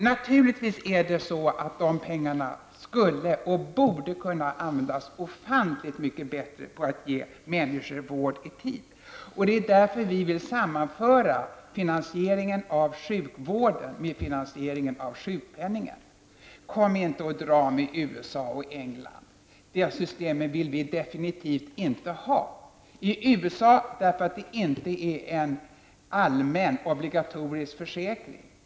Naturligtvis skulle, och borde, dessa pengar kunna användas ofantligt mycket bättre genom att man ger människor vård i tid. Det är därför som vi vill sammanföra finansieringen av sjukvården med finansieringen av sjukpenningen. Dra inte fram exempel som USA och England! Deras system vill vi absolut inte ha. USAs system vill vi inte ha eftersom man där inte har en allmän och obligatorisk försäkring.